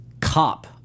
cop